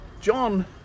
John